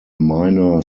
minor